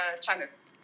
channels